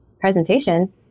presentation